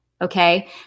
Okay